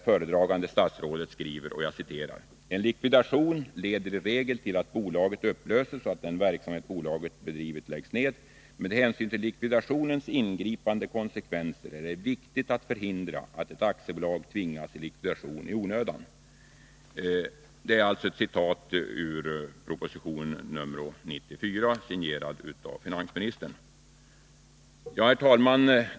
Föredragande statsrådet skriver: ”En likvidation leder i regel till att bolaget upplöses och att den verksamhet bolaget bedrivit läggs ned. Med hänsyn till likvidationens ingripande konsekvenser är det viktigt att förhindra att ett aktiebolag tvingas i likvidation i onödan.” Så sägs alltså i proposition 94, signerad av finansministern. Herr talman!